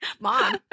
Mom